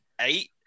eight